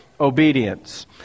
obedience